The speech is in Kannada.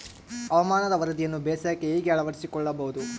ಹವಾಮಾನದ ವರದಿಯನ್ನು ಬೇಸಾಯಕ್ಕೆ ಹೇಗೆ ಅಳವಡಿಸಿಕೊಳ್ಳಬಹುದು?